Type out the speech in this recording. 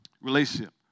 Relationship